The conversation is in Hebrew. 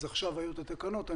אז עכשיו היו התקנות.